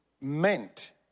meant